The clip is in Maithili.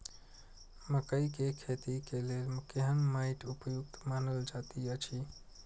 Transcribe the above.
मकैय के खेती के लेल केहन मैट उपयुक्त मानल जाति अछि?